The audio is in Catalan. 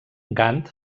gant